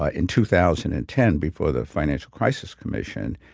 ah in two thousand and ten, before the financial crisis commission,